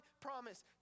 promise